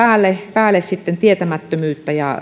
päälle sitten tietämättömyyttä ja